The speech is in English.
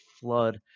flood